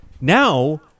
now